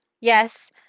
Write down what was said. Yes